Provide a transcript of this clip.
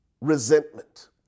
resentment